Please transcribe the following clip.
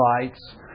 lights